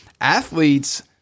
Athletes